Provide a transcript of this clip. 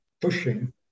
pushing